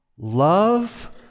Love